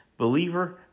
Believer